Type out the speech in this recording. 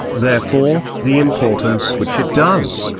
therefore, the importance which it does,